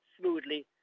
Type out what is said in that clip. smoothly